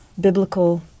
biblical